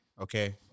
okay